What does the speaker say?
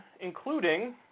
including